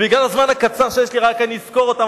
בגלל הזמן הקצר שיש לי אני רק אסקור אותם,